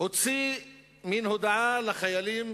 הוציא מין הודעה לחיילים